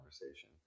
conversation